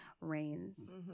Rains